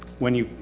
when you,